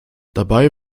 dabei